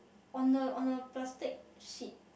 on the on a plastic sheet